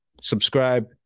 subscribe